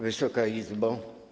Wysoka Izbo!